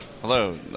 Hello